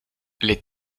les